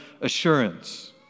assurance